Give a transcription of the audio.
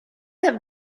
have